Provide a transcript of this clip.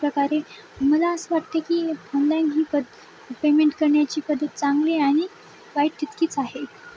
प्रकारे मला असं वाटते की ऑनलाईन ही पद पेमेंट करण्याची पद्धत चांगली आणि वाईट तितकीच आहे